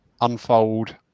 unfold